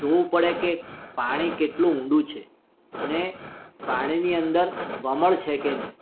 જોવું પડે કે પાણી કેટલુ ઊંડું છે અને પાણીની અંદર વમળ છે કે નહીં